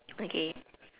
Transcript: okay